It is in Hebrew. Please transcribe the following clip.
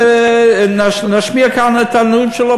ובוא נשמיע כאן את הנאום שלו,